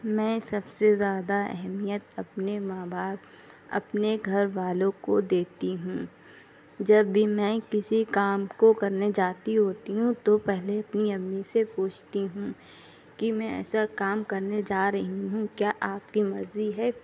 میں سب سے زیادہ اہمیت اپنے ماں باپ اپنے گھر والوں کو دیتی ہوں جب بھی میں کسی کام کو کرنے جاتی ہوتی ہوں تو پہلے اپنی امی سے پوچھتی ہوں کہ میں ایسا کام کرنے جا رہی ہوں کیا آپ کی مرضی ہے